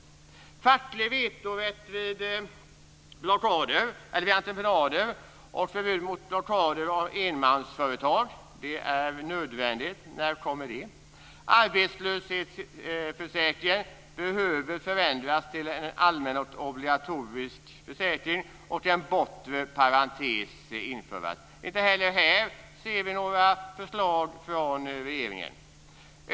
Facklig vetorätt vid entreprenader och förbud mot blockad av enmansföretag är nödvändiga. När kommer det? Arbetslöshetsförsäkringen behöver förändras till en allmän och obligatorisk försäkring och en bortre parentes införas. Inte heller här ser vi några förslag från regeringen.